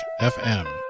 FM